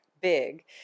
big